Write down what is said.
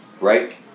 right